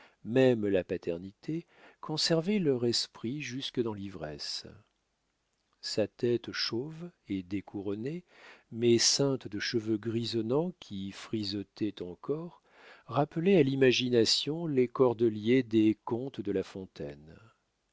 même la paternité conservaient leur esprit jusque dans l'ivresse sa tête chauve et découronnée mais ceinte de cheveux grisonnants qui frisotaient encore rappelait à l'imagination les cordeliers des contes de la fontaine